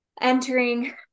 entering